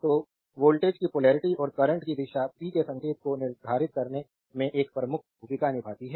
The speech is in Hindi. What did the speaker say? तो वोल्टेज की पोलेरिटी और करंट की दिशा पी के संकेत को निर्धारित करने में एक प्रमुख भूमिका निभाती है